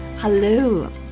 Hello